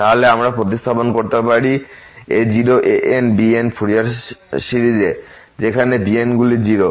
তাহলে আমরা প্রতিস্থাপন করতে পারি a0 ans এবং bns ফুরিয়ার সিরিজ এ যেখানে মধ্যে bnগুলি 0